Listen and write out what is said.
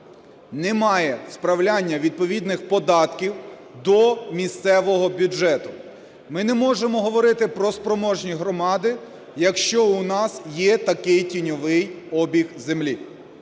немає справляння відповідних податків до місцевого бюджету. Ми не можемо говорити про спроможні громади, якщо у нас є такий тіньовий обіг землі.